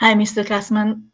um mr. kasman.